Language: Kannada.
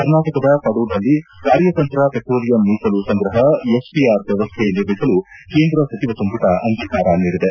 ಕರ್ನಾಟಕದ ಪಡೂರ್ನಲ್ಲಿ ಕಾರ್ಯತಂತ್ರ ಪೆಟ್ರೋಲಿಯಂ ಮೀಸಲು ಸಂಗ್ರಹ ಎಸ್ಪಿಆರ್ ವ್ಯವಸ್ಥೆ ನಿರ್ಮಿಸಲು ಕೇಂದ್ರ ಸಚಿವ ಸಂಪುಟ ಅಂಗೀಕಾರ ನೀಡಿದೆ